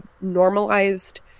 normalized